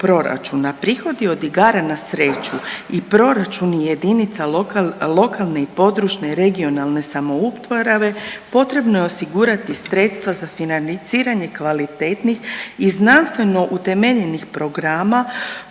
prihodi od igara na sreću i proračuni jedinica lokalne i područne (regionalne) samouprave potrebno je osigurati sredstva za financiranje kvalitetnih i znanstveno utemeljenih programa